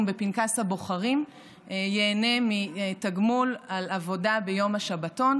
בפנקס הבוחרים ייהנה מתגמול על עבודה ביום השבתון,